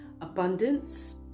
abundance